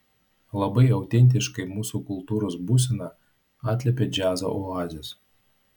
labai autentiškai mūsų kultūros būseną atliepia džiazo oazės